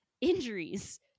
injuries